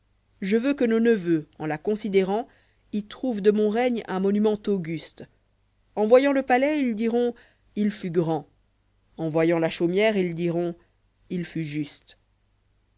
je veux que nos neveux en la considérant v trouvent de mon règne un monument auguste kn voyant le palais ils diront il fut grand eu voyant la chaumière ils diront il fut juste